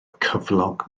cyflog